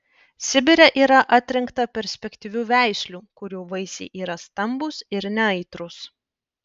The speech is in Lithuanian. sibire yra atrinkta perspektyvių veislių kurių vaisiai yra stambūs ir neaitrūs